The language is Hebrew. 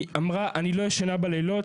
היא אמרה 'אני לא ישנה בלילות.